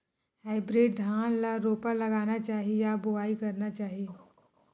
Hybrid धान ल रोपा लगाना चाही या बोआई करना चाही?